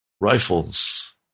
rifles